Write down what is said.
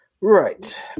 right